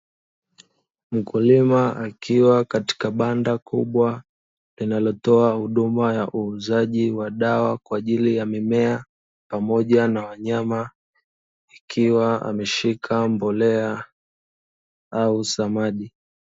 Mkulima akiwa katika banda kubwa linalotoa huduma ya uuzaji wa dawa kwa ajili ya mimea pamoja na wanyama, akiwa ameshika mbolea au samadi.